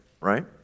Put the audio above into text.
right